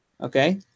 Okay